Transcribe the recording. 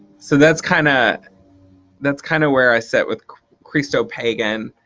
so that's kind of that's kind of where i sit with christo-pagan.